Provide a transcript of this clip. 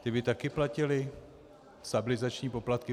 Ti by také platili stabilizační poplatky?